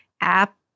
app